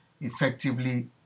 effectively